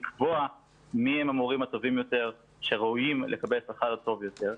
לקבוע מי הם המורים הטובים יותר שראויים לקבל שכר טוב יותר.